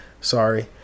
Sorry